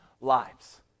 lives